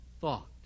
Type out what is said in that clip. thought